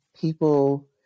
people